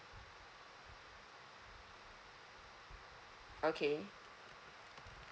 okay